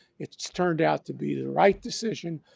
it's turned out to be the right decision.